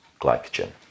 glycogen